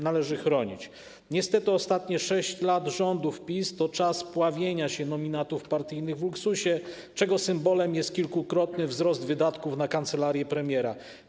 Niestety ostatnie 6 lat rządów PiS-u to czas pławienia się nominatów partyjnych w luksusie, czego symbolem jest kilkukrotny wzrost wydatków na kancelarię premiera.